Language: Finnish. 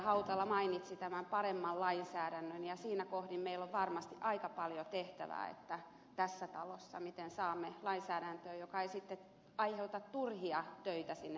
hautala mainitsi paremman lainsäädännön ja siinä kohdin meillä on varmasti aika paljon tehtävää tässä talossa miten saamme lainsäädäntöä joka ei sitten aiheuta turhia töitä tuomioistuimiin